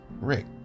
Rick